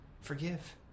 forgive